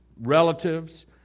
relatives